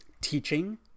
teaching